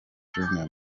jumia